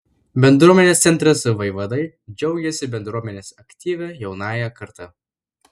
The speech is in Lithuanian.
bendruomenės centras vaivadai džiaugiasi bendruomenės aktyvia jaunąja karta